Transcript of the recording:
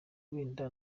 wenda